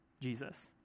Jesus